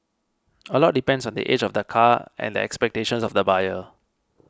a lot depends on the age of the car and the expectations of the buyer